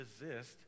resist